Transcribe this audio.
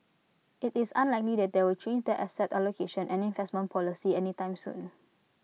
IT is unlikely that they will change their asset allocation and investment policy any time soon